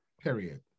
Period